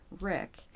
Rick